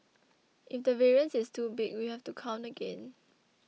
if the variance is too big we have to count again